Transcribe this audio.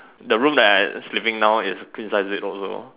the room that I sleeping now is queen size bed also